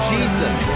Jesus